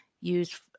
use